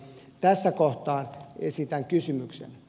tässä kohtaa esitän kysymyksen